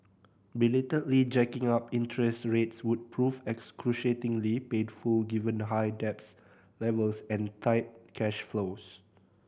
belatedly jacking up interest rates would prove excruciatingly painful given high debt levels and tight cash flows